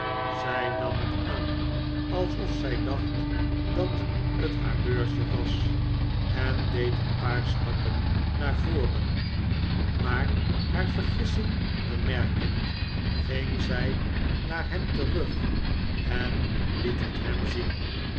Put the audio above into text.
zij nam het aan alsof zij dacht dat het haar beursje was en deed een paar stappen naar voren maar haar vergissing bemerkend ging zij naar hem terug en liet het hem zien